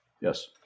Yes